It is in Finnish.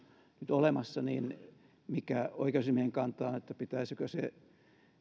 nyt olemassa niin mikä oikeusasiamiehen kanta on pitäisikö se